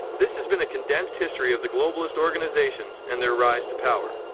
this has been a condensed history of the globalist organizations and their rise to power.